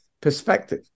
perspective